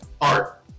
art